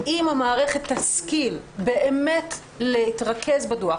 אם המערכת תשכיל באמת להתרכז בדוח